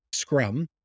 scrum